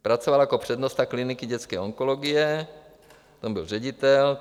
Pracoval jako přednosta kliniky dětské onkologie, tam byl ředitel.